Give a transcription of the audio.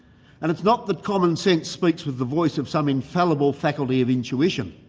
and it's not that commonsense speaks with the voice of some infallible faculty of intuition.